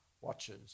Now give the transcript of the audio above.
watches